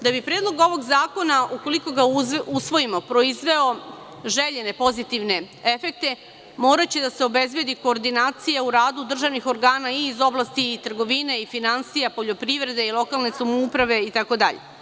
Da bi Predlog ovog zakona, ukoliko ga usvojimo, proizveo željene pozitivne efekte, moraće da se obezbedi koordinacija u radu državnih organa iz oblasti trgovine, finansija, poljoprivrede, lokalne samouprave, itd.